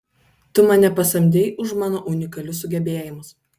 tu mane pasamdei už mano unikalius sugebėjimus